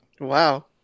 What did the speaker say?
Wow